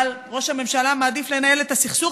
אבל ראש הממשלה מעדיף לנהל את הסכסוך